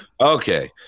Okay